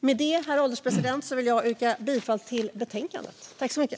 Med detta, herr ålderspresident, vill jag yrka bifall till förslaget i betänkandet.